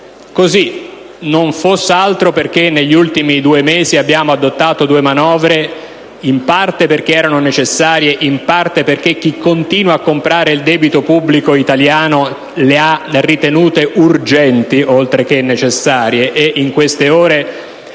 stessa. Peraltro, negli ultimi due mesi abbiamo adottato due manovre, in parte perché erano necessarie e in parte perché chi continua a comprare il debito pubblico italiano le ha ritenute urgenti, oltre che necessarie. In queste ore